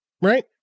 right